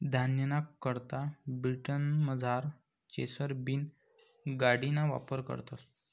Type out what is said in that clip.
धान्यना करता ब्रिटनमझार चेसर बीन गाडिना वापर करतस